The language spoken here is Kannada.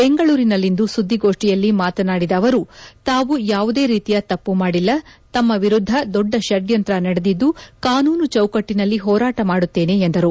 ಬೆಂಗಳೂರಿನಲ್ಲಿಂದು ಸುದ್ದಿಗೋಷ್ಣಿಯಲ್ಲಿ ಮಾತನಾಡಿದ ಅವರು ತಾವು ಯಾವುದೇ ರೀತಿಯ ತಪ್ಪು ಮಾಡಿಲ್ಲ ತಮ್ಮ ವಿರುದ್ದ ದೊಡ್ಡ ಷಡ್ಯಂತ್ರ ನಡೆದಿದ್ದು ಕಾನೂನು ಚೌಕಟ್ಟಿನಲ್ಲಿ ಹೋರಾಟ ಮಾಡುತ್ತೇನೆ ಎಂದರು